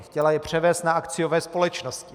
Chtěla je převést na akciové společnosti.